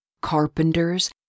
carpenters